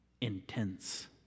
intense